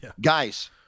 Guys